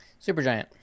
Supergiant